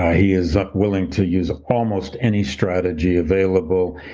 he is up willing to use almost any strategy available.